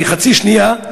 בחצי שנייה,